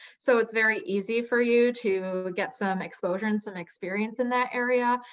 so it's very easy for you to get some exposure and some experience in that area.